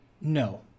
no